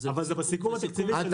אבל זה בסיכום התקציבי.